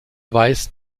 weist